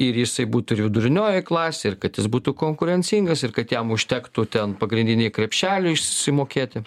ir jisai būtų ir viduriniojoj klasėj ir kad jis būtų konkurencingas ir kad jam užtektų ten pagrindinį krepšelį išsimokėti